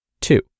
Two